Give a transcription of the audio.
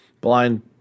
Blind